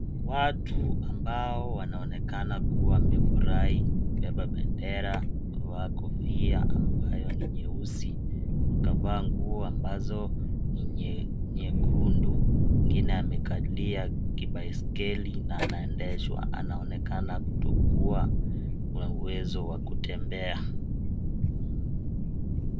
Watu ambao wanaonekana kuwa wamefurahi kubeba bendera kuvaa kofia ambayo ni nyeusi, wakavaa nguo ambazo ni nyekundu mwingine amekalia kibaiskeli na anaendeshwa anaonekana kutokua na uwezo wa kutembea.